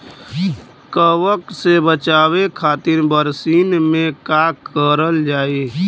कवक से बचावे खातिन बरसीन मे का करल जाई?